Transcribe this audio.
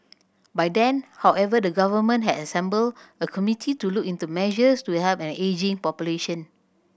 by then however the government had assembled a committee to look into measures to help an ageing population